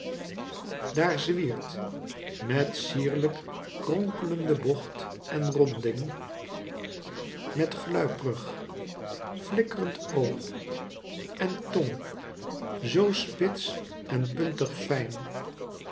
daar zwiert met cierlijk kronkelende bocht en ronding met gluiprig flikkrend oog en tong zoo spits en puntig fijn